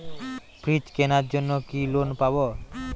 Fridge কেনার জন্য কি লোন পাব?